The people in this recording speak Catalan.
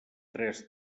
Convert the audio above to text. tres